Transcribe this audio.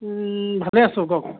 ভালে আছো কওক